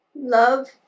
Love